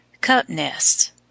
Cup-nests